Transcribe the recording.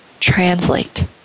translate